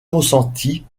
consentis